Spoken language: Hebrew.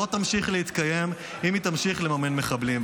תמשיך להתקיים אם היא תמשיך לממן מחבלים,